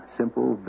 simple